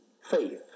faith